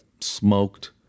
smoked